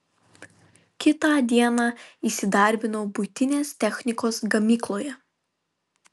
kitą dieną įsidarbinau buitinės technikos gamykloje